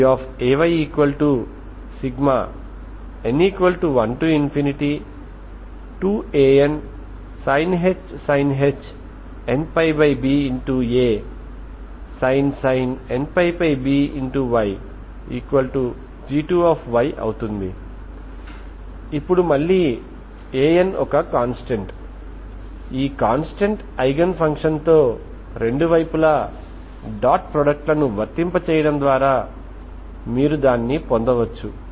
కాబట్టి మీరు స్థిరమైన స్థితిలో T1 T2 T3 మరియు T4ల కలయికను కలిగి ఉంటారు కనుక ఇది కొంత లీనియర్ గా ఉంటుంది లేదా మీరు పొందవచ్చు